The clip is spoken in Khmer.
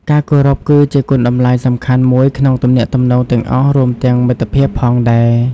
ការគោរពគឺជាគុណតម្លៃសំខាន់មួយក្នុងទំនាក់ទំនងទាំងអស់ រួមទាំងមិត្តភាពផងដែរ។